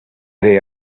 they